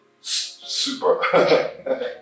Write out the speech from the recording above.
super